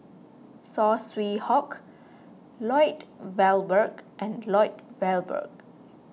Saw Swee Hock Lloyd Valberg and Lloyd Valberg